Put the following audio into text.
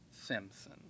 Simpson